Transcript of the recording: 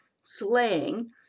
slaying